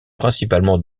principalement